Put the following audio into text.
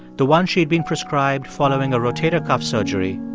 the ones she'd been prescribed following a rotator cuff surgery,